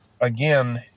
again